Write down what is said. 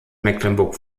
mecklenburg